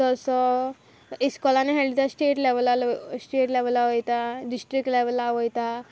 तसो इश्कोलांनी खेळटा तशें स्टेट स्टेट लेवला वयता डिस्ट्रिक्ट लेवला वयता